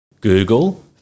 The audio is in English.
Google